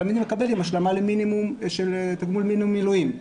תמיד מקבל עם השלמה למינימום של תגמול מילואים.